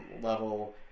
level